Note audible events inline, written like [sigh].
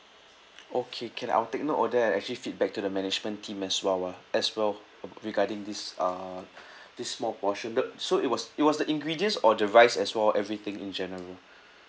okay can I'll take note of that actually feedback to the management team as well ah as well regarding this uh [breath] this small portion the so it was it was the ingredients or the rice as well everything in general [breath]